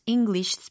English